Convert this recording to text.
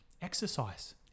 exercise